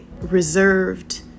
reserved